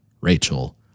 Rachel